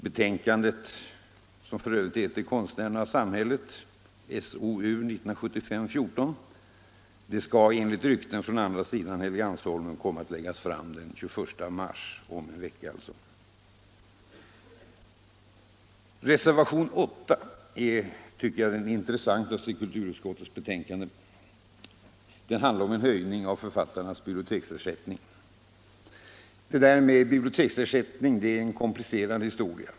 Betänkandet, som för övrigt heter Konstnärerna och samhället, SOU 1975:14, skall enligt rykten från andra sidan Helgeandsholmen komma att läggas fram den 21 mars; om en vecka alltså. Reservationen 8 tycker jag är den intressantaste i kulturutskottets betänkande. Den handlar om en höjning av författarnas biblioteksersättning. Biblioteksersättningen är en komplicerad historia.